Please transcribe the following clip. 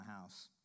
house